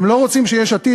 הם לא רוצים שיש עתיד,